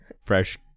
fresh